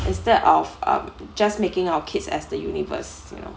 instead of um just making our kids as the universe you know